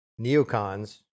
neocons